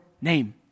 name